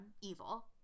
evil